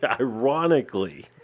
Ironically